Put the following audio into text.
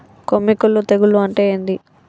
కొమ్మి కుల్లు తెగులు అంటే ఏంది?